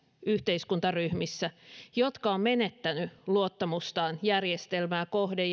yhteiskuntaryhmissä jotka ovat menettäneet luottamustaan järjestelmää kohtaan